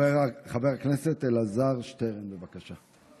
חבר הכנסת אלעזר שטרן, בבקשה.